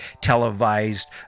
televised